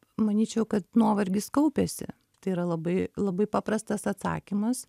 manyčiau kad nuovargis kaupiasi tai yra labai labai paprastas atsakymas